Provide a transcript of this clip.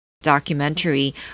documentary